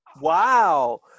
Wow